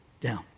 down